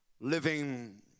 living